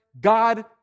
God